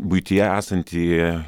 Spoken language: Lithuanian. buityje esantį